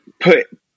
put